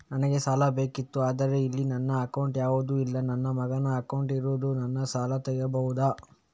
ನನಗೆ ಸಾಲ ಬೇಕಿತ್ತು ಆದ್ರೆ ಇಲ್ಲಿ ನನ್ನ ಅಕೌಂಟ್ ಯಾವುದು ಇಲ್ಲ, ನನ್ನ ಮಗನ ಅಕೌಂಟ್ ಇರುದು, ನಾನು ಸಾಲ ತೆಗಿಬಹುದಾ?